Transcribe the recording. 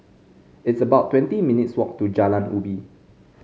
it's about twenty minutes' walk to Jalan Ubi